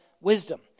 wisdom